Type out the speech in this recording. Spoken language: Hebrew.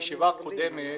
בישיבה הקודמת